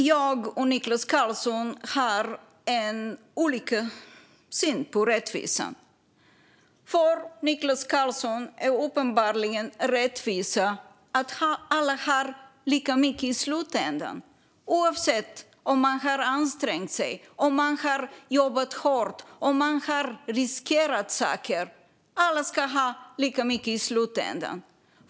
Jag och Niklas Karlsson har olika syn på rättvisa. För Niklas Karlsson är rättvisa uppenbarligen att alla har lika mycket i slutändan, oavsett om man har ansträngt sig, jobbat hårt och riskerat saker. Alla ska ha lika mycket i slutändan.